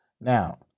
Now